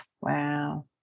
Wow